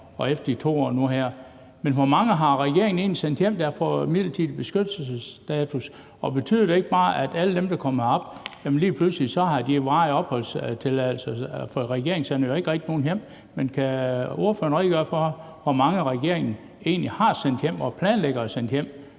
og efter de 2 år nu her. Men hvor mange har regeringen egentlig sendt hjem, der har midlertidig beskyttelsesstatus? Betyder det ikke bare, at alle dem, der kommer herop, lige pludselig bare har varig opholdstilladelse? For regeringen sender jo ikke rigtig nogen hjem. Men kan ordføreren redegøre for, hvor mange regeringen egentlig har sendt hjem og planlægger at sende hjem